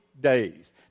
days